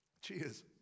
Cheers